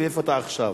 ואיפה אתה עכשיו?